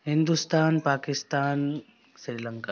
Hindustan Pakistan Sri Lanka